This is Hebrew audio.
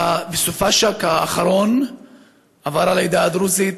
בסוף השבוע האחרון עברו על העדה הדרוזית